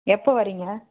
எப்போது வர்றீங்க